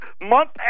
month